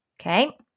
okay